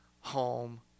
home